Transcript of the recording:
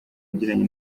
yagiranye